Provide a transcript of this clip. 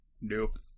Nope